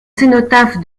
cénotaphe